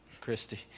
Christy